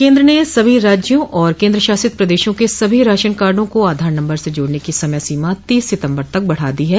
केंद्र ने सभी राज्यों और केंद्रशासित प्रदेशों के सभी राशनकार्ड को आधार नम्बर से जोड़ने की समय सीमा तीस सितम्बर तक बढ़ा दी है